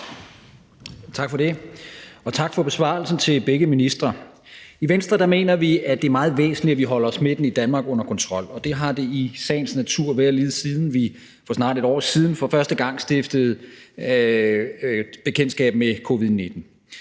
Tak for det, og tak for besvarelsen til begge ministre. I Venstre mener vi, at det er meget væsentligt, at vi holder smitten i Danmark under kontrol, og det har det i sagens natur været, lige siden vi for snart 1 år siden for føste gang stiftede bekendtskab med Covid-19.